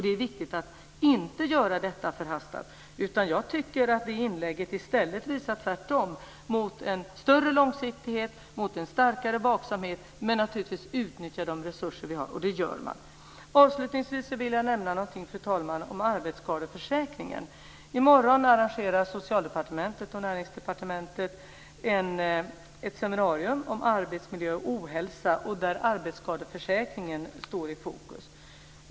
Det är viktigt att inte göra detta förhastat. Jag tycker att det inlägget i stället visar mot en större långsiktighet och mot en starkare vaksamhet. Men vi ska naturligtvis utnyttja de resurser vi har, och det görs också. Avslutningsvis vill jag nämna något om arbetsskadeförsäkringen, fru talman. I morgon arrangerar Socialdepartementet och Näringsdepartementet ett seminarium om arbetsmiljö och ohälsa. Där står arbetsskadeförsäkringen i fokus.